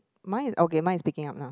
mine is okay mine is speaking up now